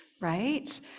right